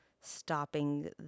stopping